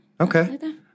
Okay